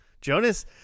jonas